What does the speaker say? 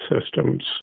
systems